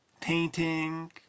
painting